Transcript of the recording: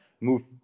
move